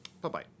Bye-bye